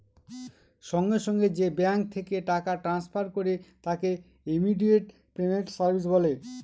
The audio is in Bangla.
সঙ্গে সঙ্গে যে ব্যাঙ্ক থেকে টাকা ট্রান্সফার করে তাকে ইমিডিয়েট পেমেন্ট সার্ভিস বলে